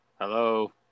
Hello